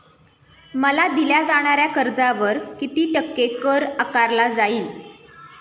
मला दिल्या जाणाऱ्या कर्जावर किती टक्के कर आकारला जाईल?